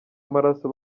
amaraso